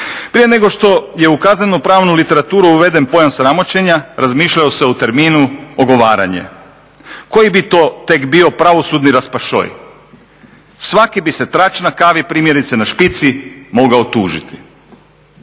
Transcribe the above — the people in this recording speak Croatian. Prije nego što je u kazneno-pravnu literaturu uveden pojam sramoćenja razmišljalo se o terminu ogovaranje. Koji bi to tek bio pravosudni raspašoj. Svaki bi se trač na kavi, primjerice na špici, mogao tužiti.